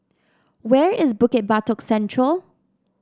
where is Bukit Batok Central